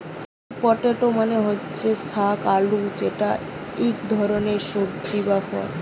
sweet potato মানে হতিছে শাক আলু যেটা ইক ধরণের সবজি বা ফল